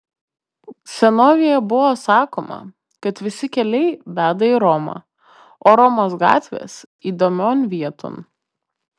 senovėje buvo sakoma kad visi keliai veda į romą o romos gatvės įdomion vieton